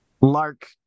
Lark